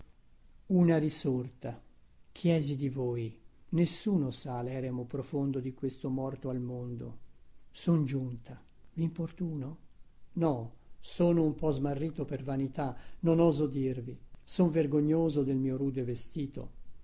una risorta i chiesi di voi nessuno sa leremo profondo di questo morto al mondo son giunta vimportuno no sono un po smarrito per vanità non oso dirvi son vergognoso del mio rude vestito